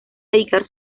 dedicar